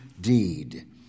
deed